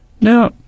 Now